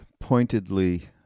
pointedly